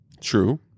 True